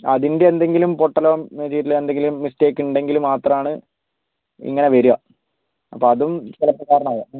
അതിൻ്റെ എന്തെങ്കിലും പൊട്ടലോ ചീറ്റലോ എന്തെങ്കിലും മിസ്റ്റേക് ഉണ്ടെങ്കിൽ മാത്രമാണ് ഇങ്ങനെ വരുക അപ്പം അതും ചിലപ്പോൾ കാരണമാവാം